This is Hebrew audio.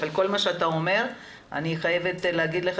אבל לגבי כל מה שאתה אומר אני חייבת להגיד לך